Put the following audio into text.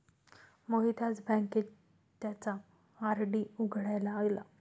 मोहित आज बँकेत त्याचा आर.डी उघडायला गेला